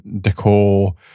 decor